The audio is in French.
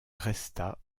resta